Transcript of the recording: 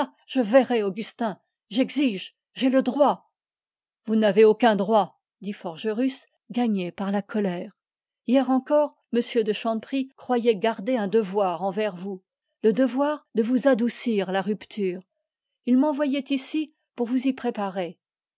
j'ai le droit vous n'avez aucun droit dit forgerus gagné par la colère hier encore m de chanteprie croyait garder un devoir envers vous le devoir de vous adoucir la rupture il m'envoyait ici pour vous y préparer